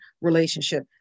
relationship